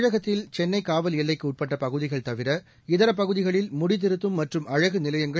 தமிழகத்தில் சென்னைகாவல் எல்லைக்குஉட்பட்டபகுதிகள் தவிர இதரபகுதிகளில் முடித்திருத்தும் மற்றும் அழகுநிலையங்கள்